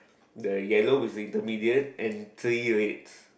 the yellow is intermediate and three reds